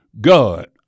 God